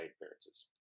appearances